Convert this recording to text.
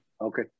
Okay